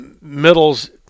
Middles